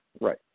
right